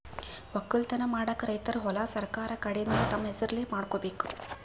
ವಕ್ಕಲತನ್ ಮಾಡಕ್ಕ್ ರೈತರ್ ಹೊಲಾ ಸರಕಾರ್ ಕಡೀನ್ದ್ ತಮ್ಮ್ ಹೆಸರಲೇ ಮಾಡ್ಕೋಬೇಕ್